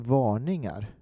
varningar